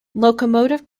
locomotive